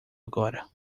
agora